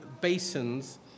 basins